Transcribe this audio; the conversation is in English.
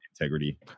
integrity